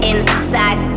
Inside